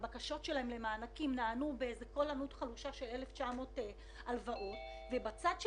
הבקשות שלהם למענקים נענו בקול ענות חלושה של 1,900 הלוואות ובצד של